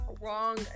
Wrong